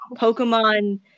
Pokemon